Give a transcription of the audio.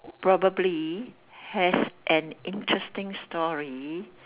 probably has an interesting story